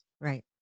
Right